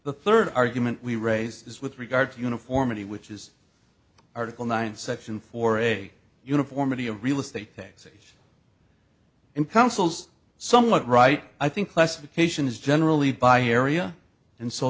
the third argument we raise is with regard to uniformity which is article nine section four a uniformity a real estate case and counsels somewhat right i think classification is generally by area and so